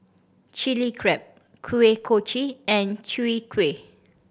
Chilli Crab Kuih Kochi and Chwee Kueh